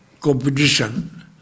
competition